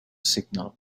signal